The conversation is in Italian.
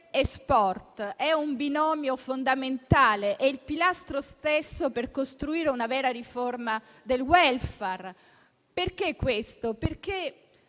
e sport è un binomio fondamentale e il pilastro stesso per costruire una vera riforma del *welfare*. Vogliamo